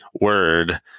word